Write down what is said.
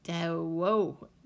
whoa